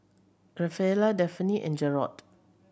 Rafaela Delphine and Jerod